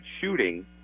shooting